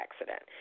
accident